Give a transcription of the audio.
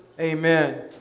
Amen